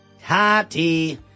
Tati